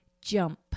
jump